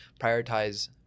prioritize